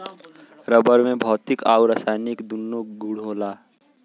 rubber में भौतिक आउर रासायनिक दून्नो गुण होला